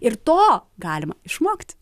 ir to galima išmokti